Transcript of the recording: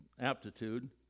aptitude